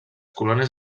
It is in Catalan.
colònies